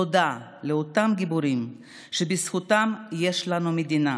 תודה לאותם גיבורים שבזכותם יש לנו מדינה,